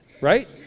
Right